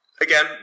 Again